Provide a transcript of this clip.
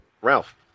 Ralph